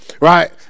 Right